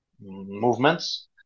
movements